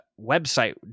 website